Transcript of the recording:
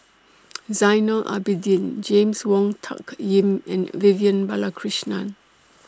Zainal Abidin James Wong Tuck Yim and Vivian Balakrishnan